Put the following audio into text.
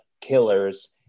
killers